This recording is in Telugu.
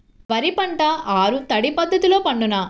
వరి పంట ఆరు తడి పద్ధతిలో పండునా?